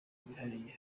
bwihariye